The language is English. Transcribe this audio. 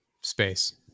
space